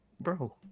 bro